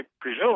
presume